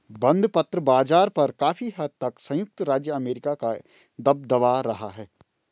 बंधपत्र बाज़ार पर काफी हद तक संयुक्त राज्य अमेरिका का दबदबा रहा है